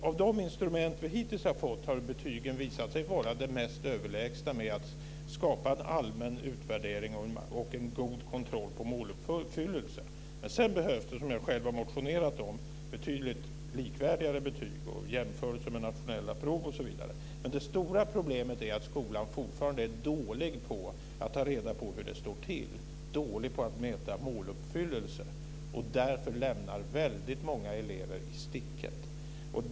Av de instrument som vi hittills har fått har betygen visat sig vara överlägsna när det gällt att skapa en allmän utvärdering och en god kontroll på måluppfyllelse. Sedan behövs det, vilket jag själv har motionerat om, betydligt likvärdigare betyg, jämförelser med nationella prov osv., men det stora problemet är att skolan fortfarande är dålig på att ta reda på hur det står till och på att mäta måluppfyllelse och därför lämnar väldigt många elever i sticket.